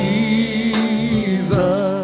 Jesus